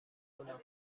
کنم